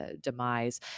demise